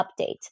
update